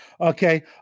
Okay